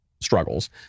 struggles